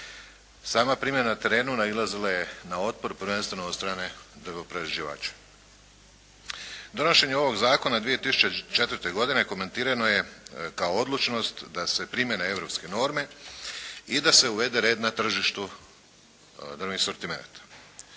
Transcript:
Sama primjena na terenu nailazila je na otpor prvenstveno od strane drvoprerađivača. Donošenje ovog Zakona 2004. godine komentirano je kao odlučnost da se primjene europske norme i da se uvede red na tržištu drvnih sortimenata.